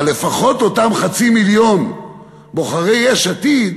אבל לפחות אותם חצי מיליון בוחרי יש עתיד